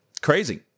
Crazy